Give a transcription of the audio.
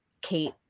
kate